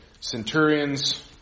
centurion's